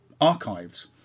archives